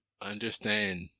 Understand